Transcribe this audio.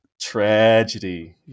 Tragedy